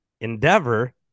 Endeavor